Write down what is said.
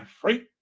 free